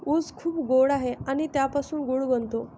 ऊस खूप गोड आहे आणि त्यापासून गूळ बनतो